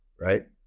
right